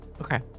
Okay